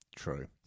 true